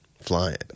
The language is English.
Flying